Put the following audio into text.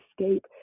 escape